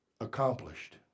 accomplished